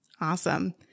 Awesome